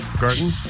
garden